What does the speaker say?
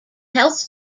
health